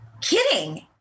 kidding